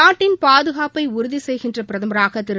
நாட்டின் பாதுகாப்பை உறுதி செய்கின்ற பிரதமராக திரு